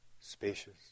spacious